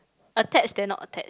attached then not attached